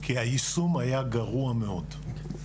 כי היישום היה גרוע מאוד,